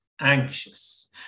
anxious